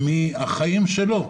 מהחיים שלו.